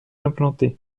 implanté